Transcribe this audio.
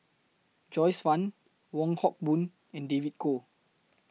Joyce fan Wong Hock Boon and David Kwo